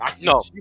No